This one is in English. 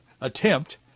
attempt